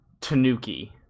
tanuki